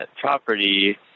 property